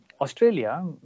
Australia